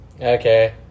Okay